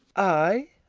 ay,